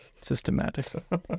systematic